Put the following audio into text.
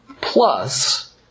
plus